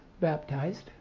baptized